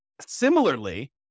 Similarly